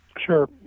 Sure